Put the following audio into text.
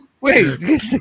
wait